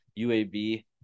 UAB